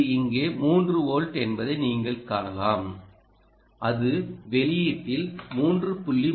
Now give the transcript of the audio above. இது இங்கே 3 வோல்ட் என்பதை நீங்கள் காணலாம் அது வெளியீட்டில் 3